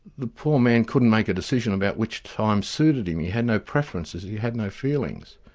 the poor man couldn't make a decision about which time suited him. he had no preferences, he had no feelings.